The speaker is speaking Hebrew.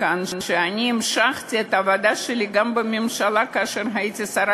כאשר היה סקר,